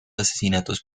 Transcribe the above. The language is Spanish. asesinatos